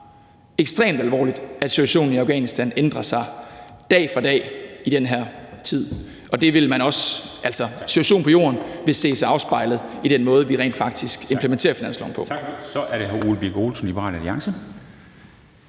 ekstremt alvorligt, at situationen i Afghanistan ændrer sig dag for dag i den her tid. Situationen på jorden vil ses afspejlet i den måde, vi rent faktisk implementerer finansloven på.